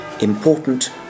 important